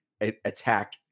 attack